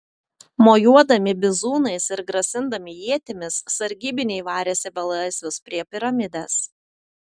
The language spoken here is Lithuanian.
mojuodami bizūnais ir grasindami ietimis sargybiniai varėsi belaisvius prie piramidės